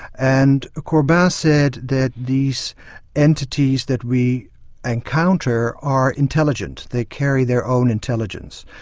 and corbin said that these entities that we encounter are intelligent, they carry their own intelligence,